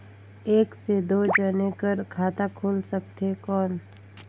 एक से दो जने कर खाता खुल सकथे कौन?